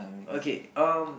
okay um